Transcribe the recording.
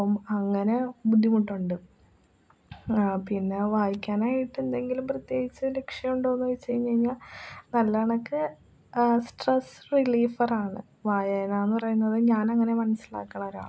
അപ്പം അങ്ങനെ ബുദ്ധിമുട്ടുണ്ട് പിന്നെ വായിക്കാനായിട്ടെന്തെങ്കിലും പ്രത്യേകിച്ച് ലക്ഷ്യമുണ്ടോയെന്നു ചോദിച്ചു കഴിഞ്ഞു കഴിഞ്ഞാൽ നല്ലവണ്ണമൊക്കെ സ്ട്രെസ് റിലീഫറാണ് വായനയെന്നു പറയുന്നത് ഞാനങ്ങനെ മനസ്സിലാക്കണൊരാളാണ്